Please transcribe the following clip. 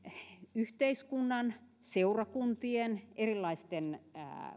yhteiskunnan seurakuntien erilaisten